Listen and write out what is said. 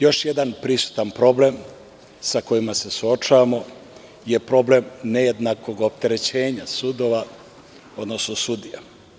Još jedan prisutan problem sa kojim se suočavamo je problem nejednakog opterećenja sudova, odnosno sudija.